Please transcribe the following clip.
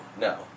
no